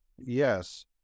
yes